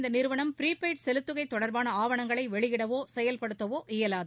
இந்த நிறுவனம் ப்ரீபெய்டு செலுத்துகை தொடர்பான ஆவணங்களை வெளியிடவோ செயல்படுத்தவோ இயலாது